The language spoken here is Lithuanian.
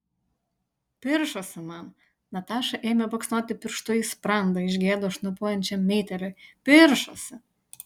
piršosi man nataša ėmė baksnoti pirštu į sprandą iš gėdos šnopuojančiam meitėliui piršosi